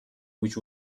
which